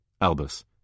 Albus